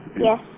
Yes